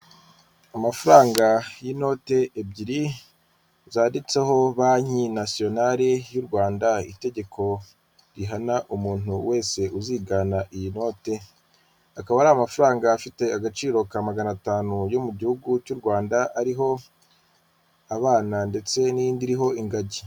Amafaranga y'inote ebyiri zanditseho banki nationale y'u Rwanda itegeko rihana umuntu wese uzigana iyi note, akaba ari amafaranga afite agaciro ka magana atanu yo mu gihugu cy'u Rwanda ariho abana ndetse n'indi iriho ingagi.